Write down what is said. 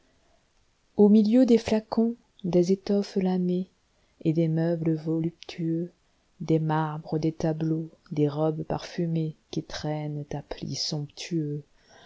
an milieu des flacons des étoffes lamées et des meubles voluptueux des marbres des tableaux des robes parfumées qui traînent à plis somptueux